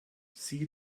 sie